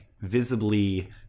visibly